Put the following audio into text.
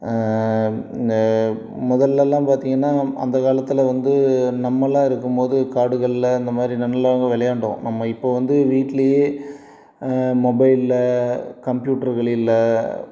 இந்த முதல்லல்லாம் பார்த்திங்கன்னா அந்த காலத்தில் வந்து நம்மெல்லாம் இருக்கும்போது காடுகளில் அந்தமாதிரி விளையாண்டோம் நம்ம இப்போது வந்து வீட்லேயே மொபைலில் கம்பியூட்டருகளில